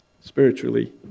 Spiritually